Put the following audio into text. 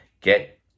get